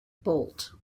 bolt